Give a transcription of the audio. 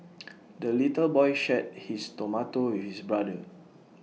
the little boy shared his tomato with his brother